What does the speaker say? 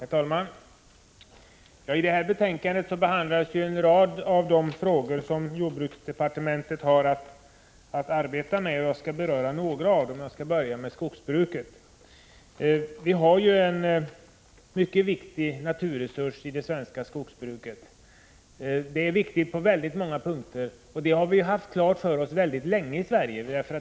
Herr talman! I det här betänkandet behandlas en rad av de frågor som jordbruksdepartementet har att arbeta med, och jag skall beröra några av dem. Jag skall börja med skogsbruket. Det svenska skogsbruket utgör en mycket viktig resurs. Den är väsentlig i väldigt många avseenden, och det har vi sedan länge haft klart för oss i Sverige.